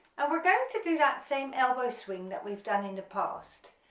ah we're going to do that same elbow swing that we've done in the past,